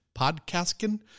podcasting